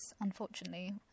unfortunately